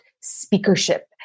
speakership